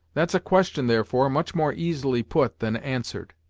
that's a question, therefore, much more easily put than answered.